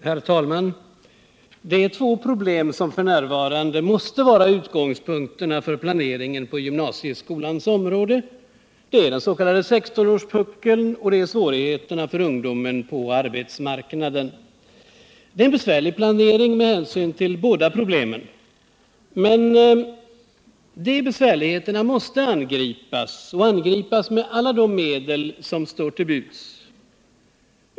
Herr talman! Det är två problem som f. n. måste vara utgångspunkter för planeringen på gymnasieskolans område; det är den s.k. 16-årspuckeln och svårigheterna för ungdomen på arbetsmarknaden. Det är en besvärlig planering med hänsyn till båda problemen, men dessa besvärligheter måste angripas och angripas med alla de medel som står till buds.